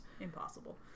Impossible